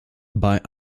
bei